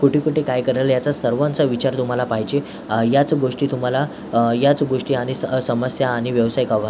कुठे कुठे काय कराल याचा सर्वांचा विचार तुम्हाला पाहिजे आ याच गोष्टी तुम्हाला याच गोष्टी आणि स समस्या आणि व्यवसायिकवा